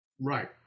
Right